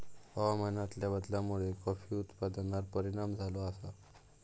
हवामानातल्या बदलामुळे कॉफी उत्पादनार परिणाम झालो आसा